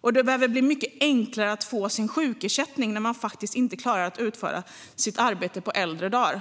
Och det behöver bli mycket enklare att få ut sin sjukersättning när man faktiskt inte klarar att utföra sitt arbete på äldre dar.